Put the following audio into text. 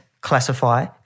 classify